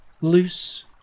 loose